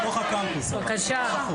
בבקשה.